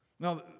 Now